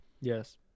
Yes